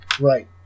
Right